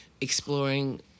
exploring